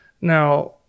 Now